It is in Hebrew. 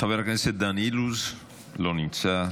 חבר הכנסת דן אילוז, לא נמצא.